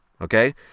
Okay